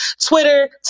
Twitter